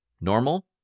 normal